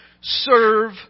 Serve